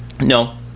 No